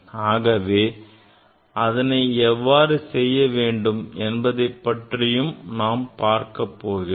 ஆகவே அதனை எவ்வாறு செய்ய வேண்டும் என்பதை பற்றியும் தான் நாம் பார்க்க போகிறோம்